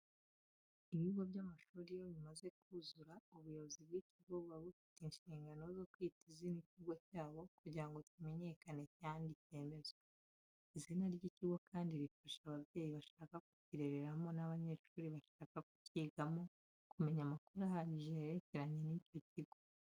Ibigo by'amashuri iyo bimaze kuzura ubuyobozi bw'ikigo, buba bufite inshingano zo kwita izina ikigo cyabo kugira ngo kimenyekane kandi cyemezwe. Izina ry'ikigo kandi rifasha ababyeyi bashaka kukirereramo n'abanyeshuri bashaka kukigamo, kumenya amakuru ahagije yerekeranye n'icyo kigo.